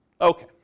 okay